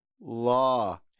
Law